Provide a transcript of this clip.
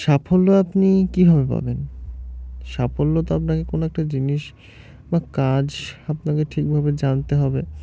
সাফল্য আপনি কীভাবে পাবেন সাফল্য তো আপনাকে কোনো একটা জিনিস বা কাজ আপনাকে ঠিকভাবে জানতে হবে